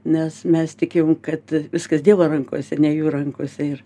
nes mes tikim kad viskas dievo rankose ne jų rankose ir